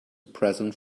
present